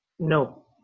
No